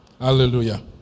Hallelujah